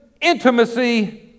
intimacy